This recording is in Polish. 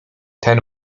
ten